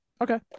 Okay